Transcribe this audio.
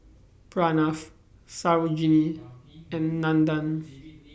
Pranav Sarojini and Nandan